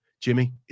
Jimmy